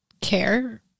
care